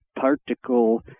particle